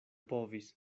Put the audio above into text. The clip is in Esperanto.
povis